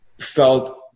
felt